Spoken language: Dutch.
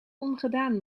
ongedaan